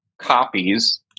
copies